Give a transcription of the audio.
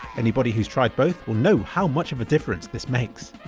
anybody who's tried both will know how much of a difference this makes!